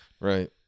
Right